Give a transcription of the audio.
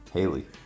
Haley